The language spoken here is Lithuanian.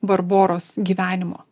barboros gyvenimo